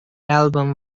album